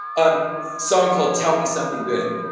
ah song called tell me something good,